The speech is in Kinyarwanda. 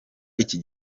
iki